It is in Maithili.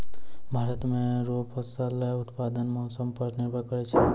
भारत रो फसल उत्पादन मौसम पर निर्भर करै छै